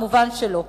מובן שלא.